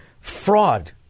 fraud